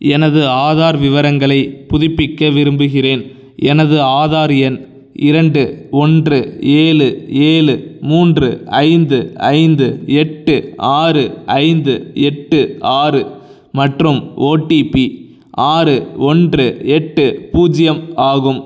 எனது ஆதார் விவரங்களை புதுப்பிக்க விரும்புகின்றேன் எனது ஆதார் எண் இரண்டு ஒன்று ஏழு ஏழு மூன்று ஐந்து ஐந்து எட்டு ஆறு ஐந்து எட்டு ஆறு மற்றும் ஓடிபி ஆறு ஒன்று எட்டு பூஜ்ஜியம் ஆகும்